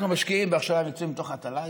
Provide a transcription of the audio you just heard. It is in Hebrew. אנחנו משקיעים בהכשרה מקצועית מתוך התל"ג,